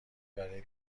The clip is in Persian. برای